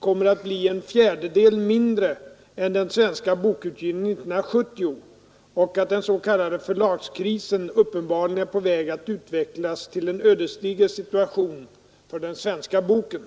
kommer att bli en fjärdedel mindre än den svenska bokutgivningen 1970 och att den s.k. förlagskrisen uppenbarligen är på väg att utvecklas till en ödesdiger situation för den svenska boken.